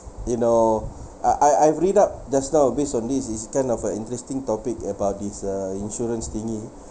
you know uh I I've read up just now based on this it is kind of an interesting topic about this uh insurance thingy